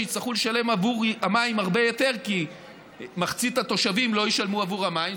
שיצטרכו לשלם עבור המים הרבה יותר כי מחצית התושבים לא ישלמו עבור המים.